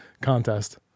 contest